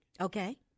Okay